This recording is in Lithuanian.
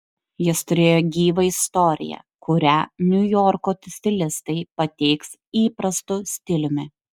jis turėjo gyvą istoriją kurią niujorko stilistai pateiks įprastu stiliumi